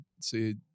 see